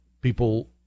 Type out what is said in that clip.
people